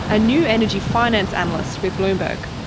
a new energy finance analyst with bloomberg.